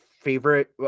favorite